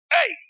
Hey